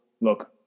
look